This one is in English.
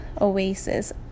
oasis